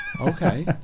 Okay